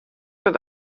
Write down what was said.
mit